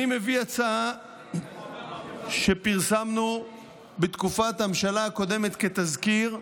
אני מביא הצעה שפרסמנו בתקופת הממשלה הקודמת כתזכיר,